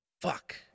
fuck